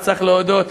וצריך להודות,